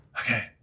Okay